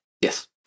Yes